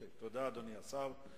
תודה, אדוני השר.